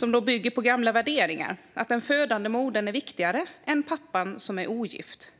Den bygger på gamla värderingar. Den födande modern är viktigare än pappan som är ogift,